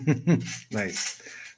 Nice